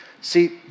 See